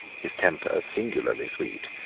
his temper singularly sweet,